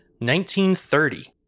1930